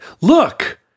look